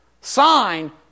sign